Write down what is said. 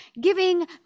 giving